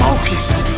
Focused